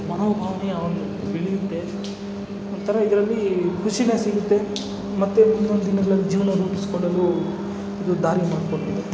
ಮನೋಭಾವನೆ ಅವ್ನು ಬೆಳೆಯುತ್ತೆ ಒಂಥರಾ ಇದರಲ್ಲಿ ಖುಷಿನಾ ಸಿಗುತ್ತೆ ಮತ್ತು ಜೀವನ ರೂಪಿಸಿಕೊಳ್ಳಲು ಇದು ದಾರಿ ಮಾಡಿಕೊಟ್ಟಿದೆ